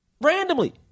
randomly